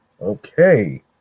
Okay